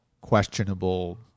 questionable